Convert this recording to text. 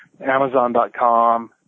Amazon.com